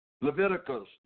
Leviticus